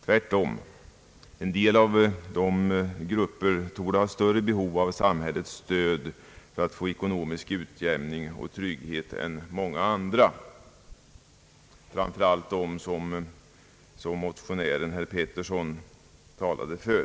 Tvärtom — en del av de nämnda grupperna torde ha större behov av samhällets stöd för att få ekonomisk utjämning och trygghet än många andra, framför allt de grupper som motionären herr Pettersson talade för.